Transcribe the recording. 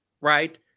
right